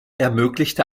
ermöglichte